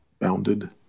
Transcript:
bounded